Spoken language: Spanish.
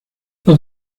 los